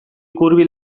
hurbil